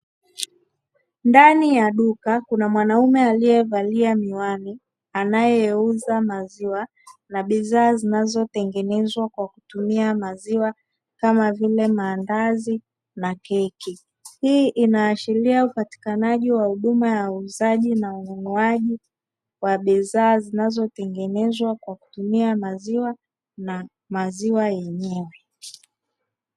Ndani ya duka kuna mwanaume aliyevalia miwani anayeuza maziwa na bidhaa zinazotengenezwa kwa kutumia maziwa kama vile maandazi na keki. Hii inaashiria upatikanaji wa huduma ya uuzaji na ununuaji wa bidhaa zinazotengenezwa kwa kutumia maziwa na maziwa yenyewe.